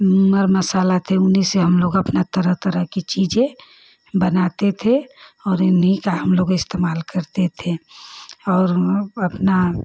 मर मसाला थे उन्हीं से हमलोग अपना तरह तरह की चीज़ें बनाते थे और उन्हीं का हमलोग इस्तेमाल करते थे और अपना